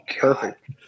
Perfect